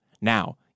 Now